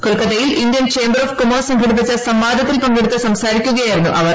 കൊൽക്കത്തയിൽ Indian chamber of commerce സംഘടിപ്പിച്ച സംവാദത്തിൽ പങ്കെടുത്തു സംസാരിക്കുകയായിരുന്നു അവർ